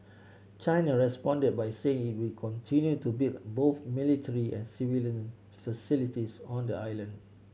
China responded by saying it would continue to build both military and civilian facilities on the island